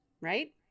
Right